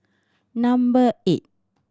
number eight